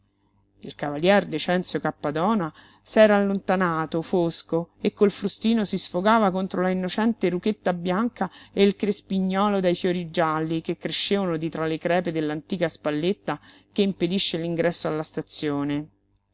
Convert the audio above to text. il cavalier decenzio cappadona s'era allontanato fosco e col frustino si sfogava contro la innocente ruchetta bianca e il crespignolo dai fiori gialli che crescevano di tra le crepe dell'antica spalletta che impedisce l'ingresso alla stazione